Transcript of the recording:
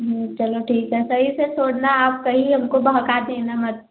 चलो ठीक है सही से छोड़ना आप कहीं हमको बहका देना मत